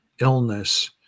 illness